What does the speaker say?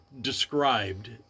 described